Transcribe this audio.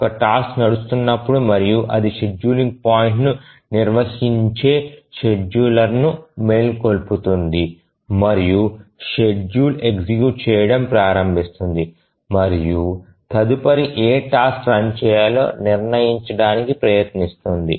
ఒక టాస్క్ నడుస్తున్నప్పుడు మరియు అది షెడ్యూలింగ్ పాయింట్ను నిర్వచించే షెడ్యూలర్ను మేల్కొల్పుతుంది మరియు షెడ్యూలర్ ఎగ్జిక్యూట్ చేయడం ప్రారంభిస్తుంది మరియు తదుపరి ఏ టాస్క్ రన్ చేయాలో నిర్ణయించడానికి ప్రయత్నిస్తుంది